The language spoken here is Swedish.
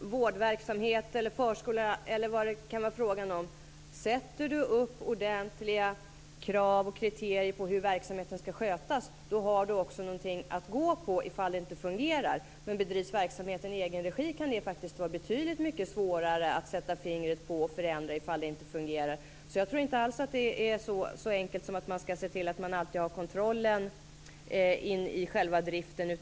vårdverksamhet, förskollärare, eller vad det kan vara fråga om. Sätter du upp ordentliga krav och kriterier för hur verksamheten skall skötas har du också någonting att gå efter ifall det inte fungerar. Men bedrivs verksamheten i egenregi kan det faktiskt vara betydligt mycket svårare att sätta fingret på problemet och förändra om det inte fungerar. Jag tror inte alls att det är så enkelt som att man skall se till att man alltid har kontroll över själva driften.